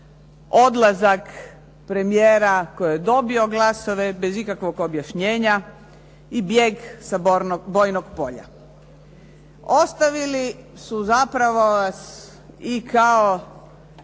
odlazak premijera koji je dobio glasove bez ikakvog objašnjenja i bijeg sa bojnog polja. Ostavili su zapravo vas i kao